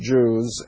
Jews